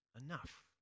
enough